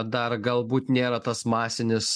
dar galbūt nėra tas masinis